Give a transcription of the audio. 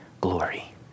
glory